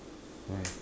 why